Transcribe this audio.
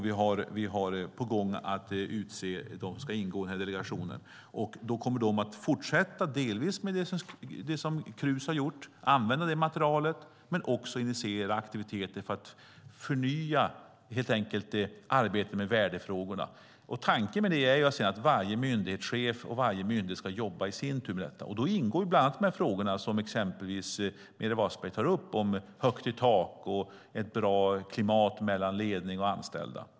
Vi har på gång att utse dem som ska ingå i den delegationen. De kommer delvis att fortsätta med det som Krus har gjort och använda det materialet men också initiera aktiviteter för att förnya arbetet med värdefrågorna. Tanken är sedan att varje myndighet och varje myndighetschef i sin tur ska jobba med detta. Då ingår bland annat de frågor som Meeri Wasberg tar upp om högt i tak och ett bra klimat mellan ledning och anställda.